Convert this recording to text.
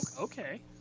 Okay